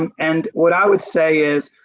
and and what i would say is,